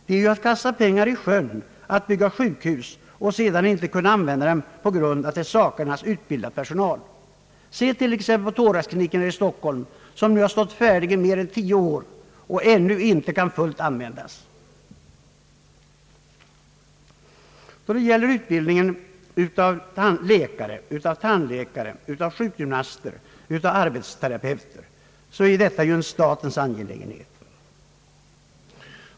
Det är ju att kasta pengar 1 sjön att bygga sjukhus och sedan inte kunna använda dem på grund av att det saknas utbildad personal. Se t.ex. på thoraxkliniken i Stockholm som har stått färdig i mer än tio år men ännu inte har kunnat fullt utnyttjas! Utbildningen av läkare, tandläkare, sjukgymnaster och arbetsterapeuter är ju en statens angelägenhet.